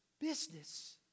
business